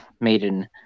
maiden